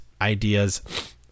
ideas